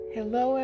Hello